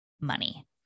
money